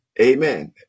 Amen